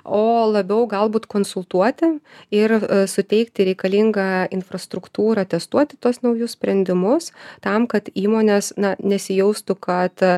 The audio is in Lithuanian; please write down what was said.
o labiau galbūt konsultuoti ir suteikti reikalingą infrastruktūrą testuoti tuos naujus sprendimus tam kad įmonės nesijaustų kad